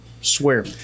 Swear